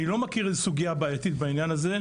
אני לא מכיר סוגיה בעייתית בעניין הזה,